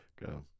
Go